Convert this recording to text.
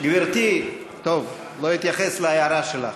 גברתי, טוב, לא אתייחס להערה שלך.